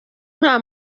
nta